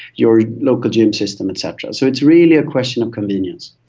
your local gym system et cetera. so it's really a question of convenience.